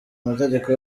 amategeko